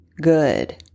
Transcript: good